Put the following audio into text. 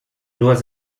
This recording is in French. dois